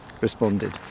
responded